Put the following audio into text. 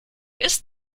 ist